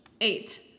Eight